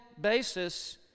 basis